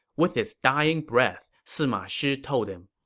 with his dying breath, sima shi told him,